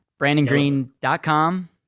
BrandonGreen.com